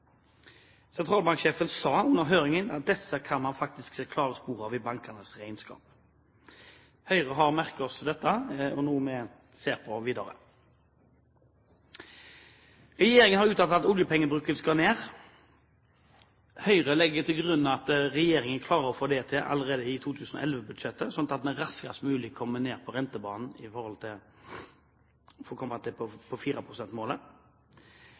Sentralbanksjefen sa under høringen at dette kan man faktisk se klare spor av i bankenes regnskap. Høyre har merket seg dette, og det er noe vi ser på videre. Regjeringen har uttalt at oljepengebruken skal ned. Høyre legger til grunn at regjeringen klarer å få det til allerede i 2011-budsjettet, slik at vi raskest mulig kommer ned på rentebanen, med tanke på å komme ned på